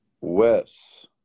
Wes